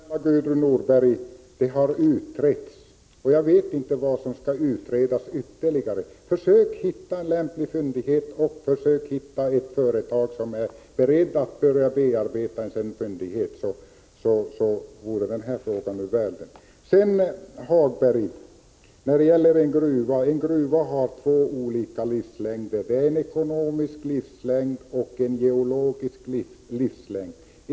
Herr talman! Snälla Gudrun Norberg, det har utretts och jag vet inte vad som skall utredas ytterligare. Försök att hitta en lämplig fyndighet och försök att hitta ett företag som är berett att börja bearbeta en sådan fyndighet! Då vore den här frågan ur världen. Lars-Ove Hagberg, en gruva har två olika livslängder. Det är en ekonomisk livslängd och en geologisk livslängd.